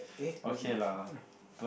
eight hosted